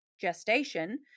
gestation